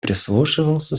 прислушивался